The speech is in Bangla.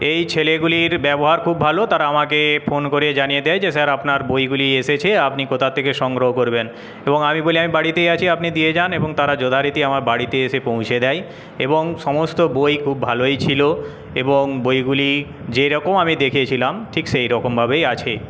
এই ছেলেগুলির ব্যবহার খুব ভালো তারা আমাকে ফোন করে জানিয়ে দেয় যে স্যার আপনার বইগুলি এসেছে আপনি কোথা থেকে সংগ্রহ করবেন এবং আমি বলি আমি বাড়িতেই আছি আপনি দিয়ে যান এবং তারা যথারীতি আমার বাড়িতে এসে পৌঁছে দেয় এবং সমস্ত বই খুব ভালোই ছিলো এবং বইগুলি যেরকম আমি দেখেছিলাম ঠিক সেইরকম ভাবেই আছে